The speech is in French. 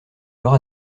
aura